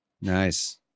Nice